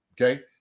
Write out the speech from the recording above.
Okay